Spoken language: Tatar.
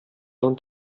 дан